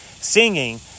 singing